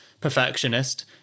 perfectionist